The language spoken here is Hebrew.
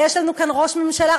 ויש לנו כאן ראש ממשלה,